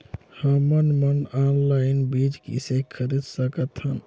हमन मन ऑनलाइन बीज किसे खरीद सकथन?